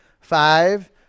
Five